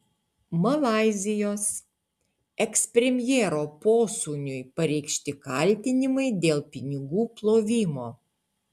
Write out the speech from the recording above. malaizijos ekspremjero posūniui pareikšti kaltinimai dėl pinigų plovimo